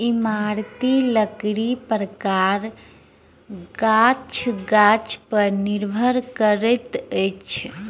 इमारती लकड़ीक प्रकार गाछ गाछ पर निर्भर करैत अछि